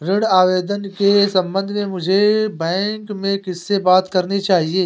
ऋण आवेदन के संबंध में मुझे बैंक में किससे बात करनी चाहिए?